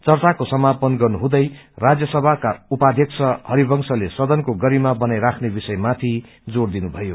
चर्चाको समाापन गर्नुहुँदै राज्यसभाको उपाध्यक्ष हरिवंशले सदनको गरिमा बनाइराख्ने विषयमाथि जोड़ दिनुभयो